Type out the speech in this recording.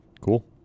Cool